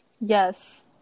yes